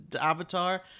Avatar